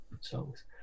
songs